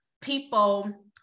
people